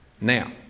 Now